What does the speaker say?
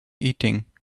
eating